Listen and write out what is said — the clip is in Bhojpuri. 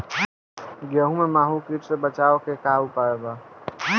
गेहूँ में माहुं किट से बचाव के का उपाय बा?